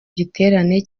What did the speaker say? giterane